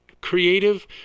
creative